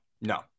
no